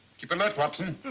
keep alert, watson.